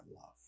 love